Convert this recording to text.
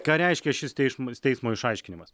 ką reiškia šis teišm teismo išaiškinimas